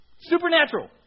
Supernatural